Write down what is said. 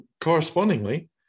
correspondingly